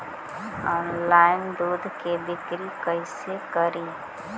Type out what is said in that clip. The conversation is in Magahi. ऑनलाइन दुध के बिक्री कैसे करि?